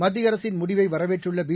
மத்திய அரசின் முடிவை வரவேற்றுள்ள பி